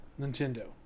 Nintendo